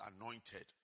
anointed